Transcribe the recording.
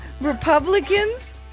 Republicans